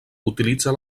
utilitza